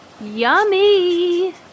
yummy